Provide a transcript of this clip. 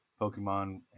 Pokemon